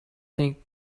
think